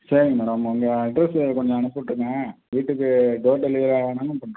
சரிங்க மேடம் உங்கள் அட்ரெஸ்ஸு எனக்கு கொஞ்சம் அனுப்பி விட்ருங்க வீட்டுக்கு டோர் டெலிவரி வேணாலும் பண்ணுறோம்